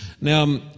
now